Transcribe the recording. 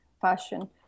fashion